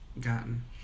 gotten